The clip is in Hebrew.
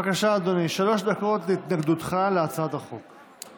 בבקשה, אדוני, שלוש דקות להתנגדותך להצעת החוק.